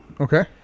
Okay